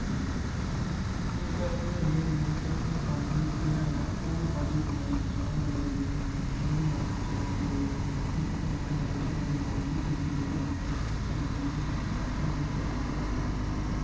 जिसलै अस न्हानें होनें ते अपने कन्न ते होर बॉड्डी पार्ट बी पार्ट गी बचानां बड़ा जरूरी होंदा केंई बारी नक्क बचानां बी जरूरी होई जंदा क्योंकि नक्के च केंई बारी पानी बी चली जंदा ते केंई बारी अग्गैं पिच्छें लग्गी बी जा ते तां बी बड़ा नुक्सान हेई जंदा